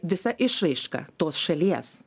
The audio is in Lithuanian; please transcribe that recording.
visa išraiška tos šalies